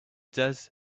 does